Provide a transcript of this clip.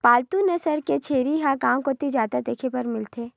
पालतू नसल के छेरी ह गांव कोती जादा देखे बर मिलथे